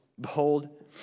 behold